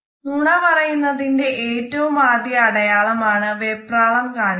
നുണ പറയുന്നതിന്റെ ഏറ്റവും ആദ്യ അടയാളം ആണ് വെപ്രാളം കാണിക്കുന്നത്